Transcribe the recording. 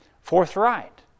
forthright